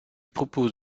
proposent